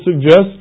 suggest